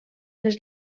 les